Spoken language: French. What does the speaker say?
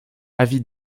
avis